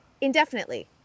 indefinitely